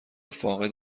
فاقد